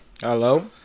Hello